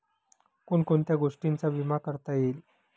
कोण कोणत्या गोष्टींचा विमा करता येईल?